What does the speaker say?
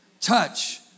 Touch